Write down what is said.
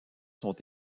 sont